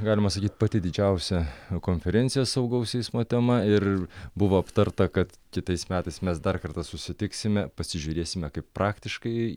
galima sakyt pati didžiausia konferencija saugaus eismo tema ir buvo aptarta kad kitais metais mes dar kartą susitiksime pasižiūrėsime kaip praktiškai